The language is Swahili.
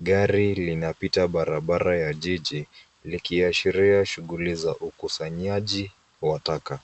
Gari linapita barabara ya jiji likiashiria shughuli ya ukusanyaji wa taka.